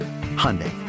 Hyundai